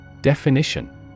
Definition